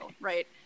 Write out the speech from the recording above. right